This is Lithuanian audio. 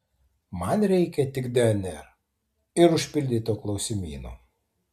man reikia tik dnr ir užpildyto klausimyno